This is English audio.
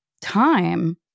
time